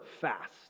fast